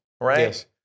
Right